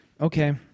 Okay